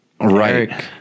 Right